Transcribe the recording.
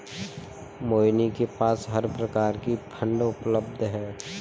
मोहिनी के पास हर प्रकार की फ़ंड उपलब्ध है